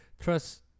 trust